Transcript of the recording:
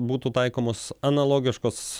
būtų taikomos analogiškos